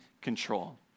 control